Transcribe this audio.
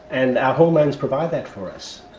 and our hormones provide that for us.